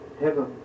heaven